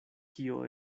kio